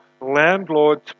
landlord's